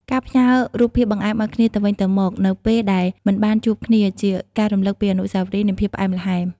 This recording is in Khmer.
ការផ្ញើរូបភាពបង្អែមឱ្យគ្នាទៅវិញទៅមកនៅពេលដែលមិនបានជួបគ្នា ជាការរំលឹកពីអនុស្សាវរីយ៍នៃភាពផ្អែមល្ហែម។